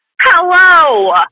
Hello